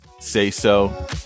say-so